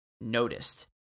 noticed